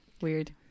weird